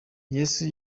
yesu